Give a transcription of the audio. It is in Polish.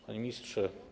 Panie Ministrze!